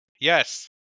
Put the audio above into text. Yes